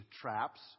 traps